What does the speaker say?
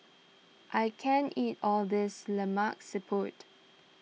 I can't eat all this Lemak Siput